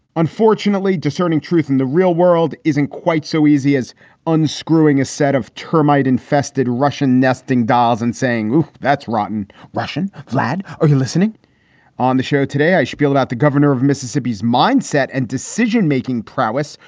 unfortunately, discerning truth in the real world isn't quite so easy as unscrewing a set of termite infested russian nesting dolls and saying that's rotten russian vlad. you listening on the show today, i spiel about the governor of mississippi's mindset and decision making prowess.